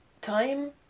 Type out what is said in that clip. time